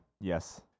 Yes